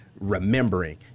Remembering